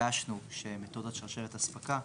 ביקשנו שמתודת שרשרת אספקה,